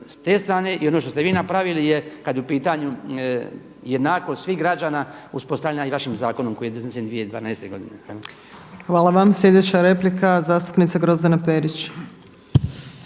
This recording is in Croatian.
s te strane i ono što ste vi napravili kada je u pitanju jednakost svih građana uspostavljena i vašim zakonom koji je donesen 2012. godine. **Opačić, Milanka (SDP)** Hvala vam. Sljedeća replika zastupnice Grozdane Perić.